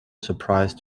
surprised